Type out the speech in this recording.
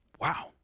Wow